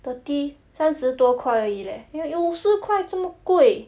thirty 三十多块而已 leh 五十块这么贵